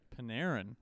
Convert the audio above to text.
Panarin